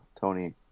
Tony